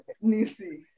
Nisi